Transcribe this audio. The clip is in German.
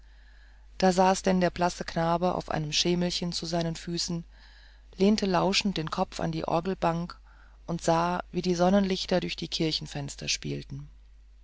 da saß denn der blasse knabe auf einem schemelchen zu seinen füßen lehnte lauschend den kopf an die orgelbank und sah wie die sonnenlichter durch die kirchenfenster spielten